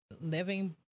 living